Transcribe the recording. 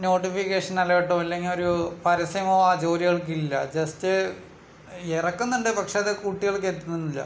notification alert അല്ലെങ്കിൽ ഒരു പരസ്യമോ ആ ജോലികൾക്കില്ല ജസ്റ്റ് ഇറക്കുന്നുണ്ട് പക്ഷേ അത് കുട്ടികൾക്ക് എത്തുന്നില്ല